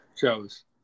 shows